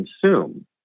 consume